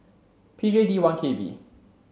P J D one K B